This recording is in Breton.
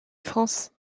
frañs